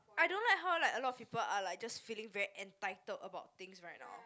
I don't like how like a lot of people are like just feeling very entitled about things right now